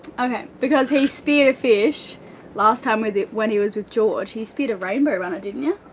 okay, because he speared a fish last time with it when he was with george he speared a rainbow runner didn't ya?